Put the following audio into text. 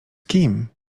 kim